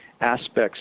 aspects